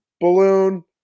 balloon